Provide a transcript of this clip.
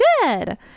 Good